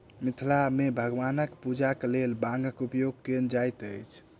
मिथिला मे भगवानक पूजाक लेल बांगक उपयोग कयल जाइत अछि